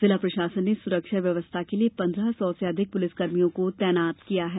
जिला प्रशासन ने सुरक्षा व्यवस्था के लिए पन्द्रह सौ से अधिक पुलिसकर्मियों को तैनात किया है